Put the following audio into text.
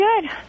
good